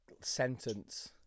sentence